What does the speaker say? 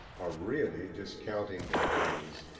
are really discounting their days,